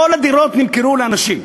כל הדירות נמכרו לאנשים.